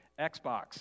Xbox